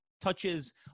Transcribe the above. touches